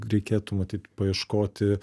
reikėtų matyt paieškoti